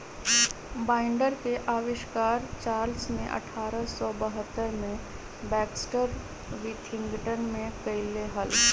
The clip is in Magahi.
बाइंडर के आविष्कार चार्ल्स ने अठारह सौ बहत्तर में बैक्सटर विथिंगटन में कइले हल